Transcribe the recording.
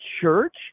church